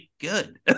good